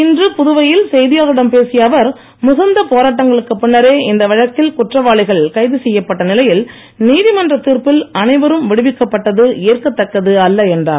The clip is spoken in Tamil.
இன்று சுந்தர்ராமன் புதவையில் செய்தியாளர்களிடம் பேசிய அவர் மிகுந்த போராட்டங்களுக்கு பின்னரே இந்த வழக்கில் குற்றவாளிகள் கைது செய்யப்பட்ட நிலையில் நீதிமன்ற தீர்ப்பில் அனைவரும் விடுவிக்கப்பட்டது ஏற்கத்தக்கது அல்ல என்றார்